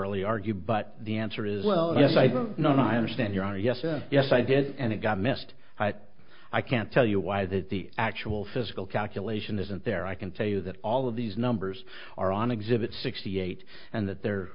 orally argue but the answer is well if i don't know i understand your honor yes yes i did and it got messed up i can't tell you why the actual physical calculation isn't there i can tell you that all of these numbers are on exhibit sixty eight and that the